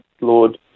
Lord